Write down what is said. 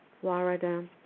Florida